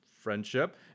friendship